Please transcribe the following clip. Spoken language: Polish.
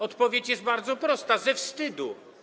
Odpowiedź jest bardzo prosta: ze wstydu.